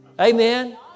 Amen